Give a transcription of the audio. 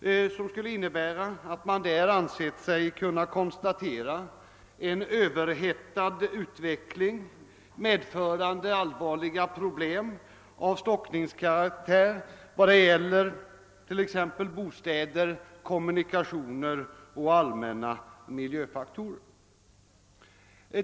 Man anser sig där kunna konstatera en överhettad utveckling, medförande all varliga problem av stockningskaraktär exempelvis när det gäller bostäder, kommunikationer och allmänna miljöfaktorer.